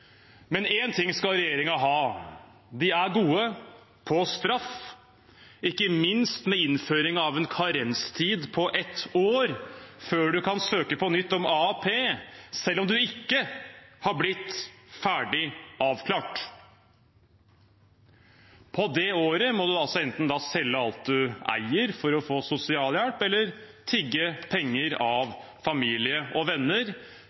Men én ting skal regjeringen ha: De er gode på straff, ikke minst med innføringen av en karenstid på ett år før man kan søke om AAP på nytt– selv om man ikke er blitt ferdig avklart. På det året må man altså enten selge alt man eier, for å få sosialhjelp, eller tigge penger av familie og venner.